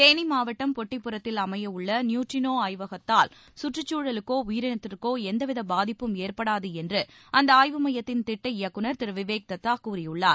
தேனி மாவட்டம் பொட்டிபரத்தில் அமைய உள்ள நியூட்ரினோ ஆய்வகத்தால் கற்றுச்சூழலுக்கோ உயிரினத்திற்கோ எந்தவித பாதிப்பும் ஏற்படாது என்று அந்த ஆய்வு மையத்தின் திட்ட இயக்குறர் திரு விவேக் தத்தா கூறியுள்ளார்